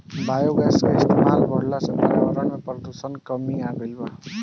biogas के इस्तमाल बढ़ला से पर्यावरण में प्रदुषण में कमी आइल बा